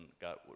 got